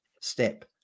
step